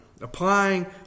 Applying